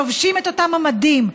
לובשים את אותם המדים,